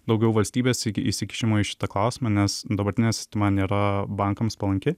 daugiau valstybės įsikišimo į šitą klausimą nes dabartinė sistema nėra bankams palanki